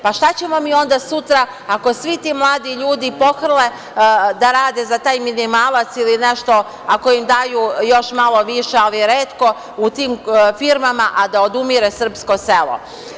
Pa, šta ćemo mi onda sutra ako svi ti mladi ljudi pohrle da rade za taj minimalac ili nešto ako im daju još malo više, ali retko u tim firmama, a da odumire srpsko selo?